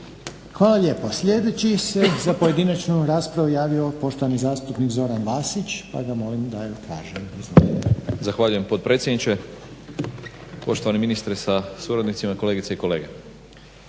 Hvala lijepo. Sljedeći se za pojedinačnu raspravu javio poštovani zastupnik Zoran Vasić, pa ga molim da ju kaže. Izvolite. **Vasić, Zoran (SDP)** Zahvaljujem potpredsjedniče, poštovani ministre sa suradnicima, kolegice i kolege.